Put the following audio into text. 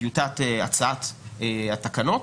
טיוטת הצעת התקנות,